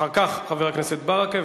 אחריו, חבר הכנסת ברכה.